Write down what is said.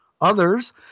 Others